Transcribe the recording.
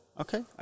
Okay